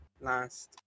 last